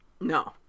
No